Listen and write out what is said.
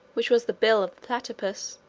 which was the bill of the platypus,